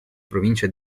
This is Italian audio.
provincia